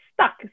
stuck